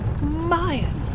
Mayan